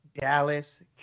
Dallas